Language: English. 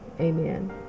amen